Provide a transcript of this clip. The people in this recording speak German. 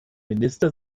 minister